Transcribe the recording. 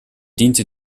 diente